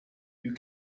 you